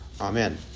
Amen